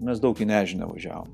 mes daug į nežinią važiavome